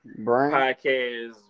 podcast